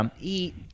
eat